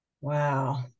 Wow